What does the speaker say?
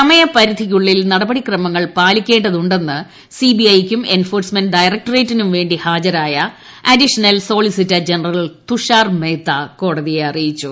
സമയപരിധിക്കുള്ളിൽ നടപടി ക്രമങ്ങൾ പാലിക്കേണ്ടതുണ്ടെന്ന് സിബിഐയ്ക്കും എൻഫോഴ്സ്മെന്റ് ഡയറക്ട്രേറ്റിനും വേണ്ടി ഹാജരായ additional solicitor general Tushar Mehta കോടതിയെ അറിയിച്ചു